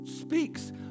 speaks